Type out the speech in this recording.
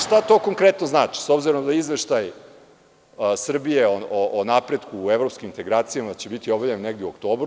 Šta to konkretno znači, s obzirom da izveštaj Srbije o napretku u evropskim integracijama će biti objavljen negde u oktobru?